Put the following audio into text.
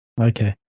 Okay